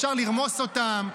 אפשר לרמוס אותם.